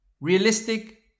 realistic